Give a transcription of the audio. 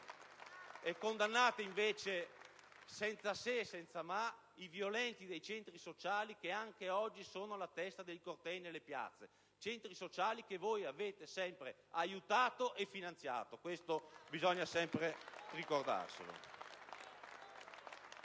e condannate senza "se" e senza "ma" i violenti dei centri sociali che anche oggi sono alla testa dei cortei nelle piazze; centri sociali che avete sempre aiutato e finanziato. Questo bisogna sempre ricordarlo.